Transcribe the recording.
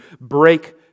break